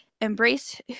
embrace